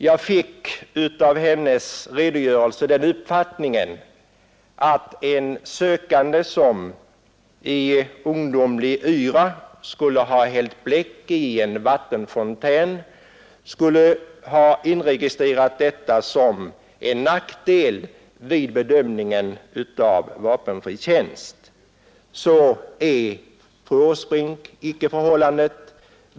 Jag fick av hennes redogörelse den uppfattningen att en sökande, som i ungdomlig yra hade hällt bläck i en vattenfontän, skulle ha fått detta inregistrerat till sin nackdel vid bedömningen av rätt till vapenfri tjänst. Så är, fru Åsbrink, icke förhållandet.